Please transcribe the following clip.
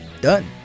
done